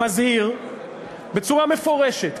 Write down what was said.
מזהיר בצורה מפורשת,